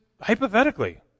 hypothetically